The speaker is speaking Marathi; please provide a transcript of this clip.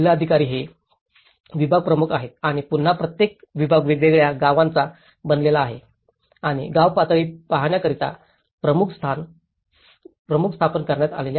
अधिकारी हे विभाग प्रमुख आहेत आणि पुन्हा प्रत्येक विभाग वेगवेगळ्या गावांचा बनलेला आहे आणि गाव पातळी पाहण्याकरिता प्रमुख स्थापन करण्यात आले आहे